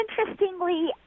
interestingly